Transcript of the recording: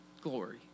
glory